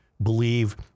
believe